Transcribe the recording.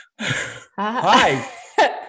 Hi